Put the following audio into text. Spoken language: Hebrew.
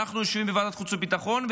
אנחנו יושבים בוועדת חוץ וביטחון,